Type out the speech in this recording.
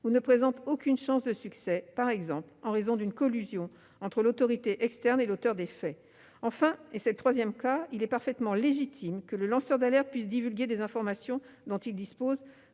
ou ne présente aucune chance de succès, par exemple en raison d'une collusion entre l'autorité externe et l'auteur des faits. Enfin, et c'est le troisième cas, il est parfaitement légitime que le lanceur d'alerte puisse divulguer les informations dont il dispose,